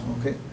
okay